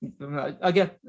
again